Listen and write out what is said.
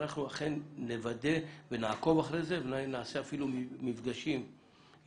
אנחנו אכן נוודא ונעקוב אחרי זה ואולי נעשה אפילו מפגשים יזומים,